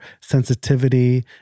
sensitivity